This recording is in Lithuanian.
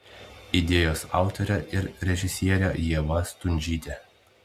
idėjos autorė ir režisierė ieva stundžytė